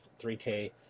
3k